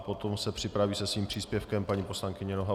Potom se připraví se svým příspěvkem paní poslankyně Nohavová.